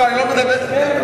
כן,